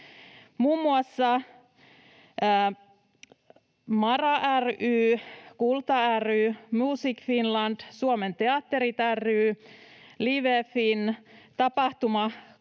Muun muassa MaRa ry, KULTA ry, Music Finland, Suomen Teatterit ry, LiveFIN,